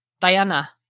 Diana